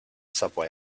subway